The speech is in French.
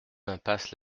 impasse